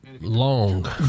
long